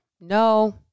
No